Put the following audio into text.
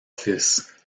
fils